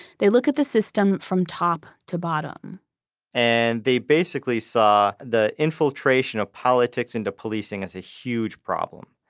they look at the system from top to bottom and they basically saw the infiltration of politics into policing as a huge problem,